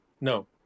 No